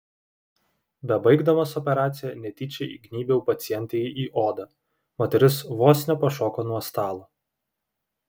bebaigdamas operaciją netyčia įgnybiau pacientei į odą moteris vos nepašoko nuo stalo